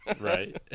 Right